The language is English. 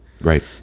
right